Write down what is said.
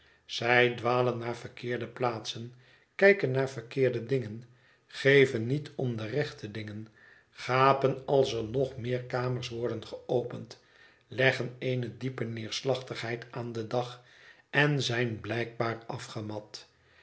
zij dwalen naar verkeerde plaatsen kijken naar verkeerde dingen geven niet om de rechte dingen gapen als er nog meer kamers worden geopend leggen eene diepe neerslachtigheid aan den dag en zijn blijkbaar afgemat